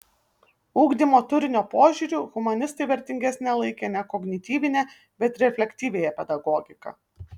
ugdymo turinio požiūriu humanistai vertingesne laikė ne kognityvinę bet reflektyviąją pedagogiką